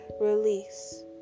release